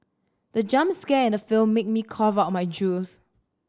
the jump scare in the film made me cough out my juice